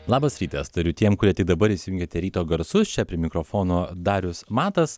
labas rytas tariu tiem kurie tik dabar įsijungėte ryto garsus čia prie mikrofono darius matas